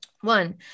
One